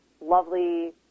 lovely